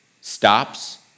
stops